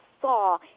saw